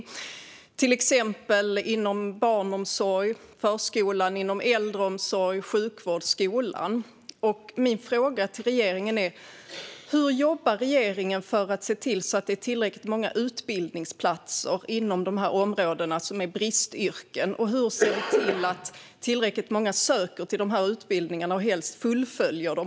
Det gäller till exempel inom barnomsorg, förskolan, äldreomsorg, sjukvård och skolan. Min fråga till regeringen är: Hur jobbar regeringen för att se till att det finns tillräckligt många utbildningsplatser inom de områden som är bristyrken? Hur ser vi till att tillräckligt många söker till utbildningarna och helst också fullföljer dem?